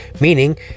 meaning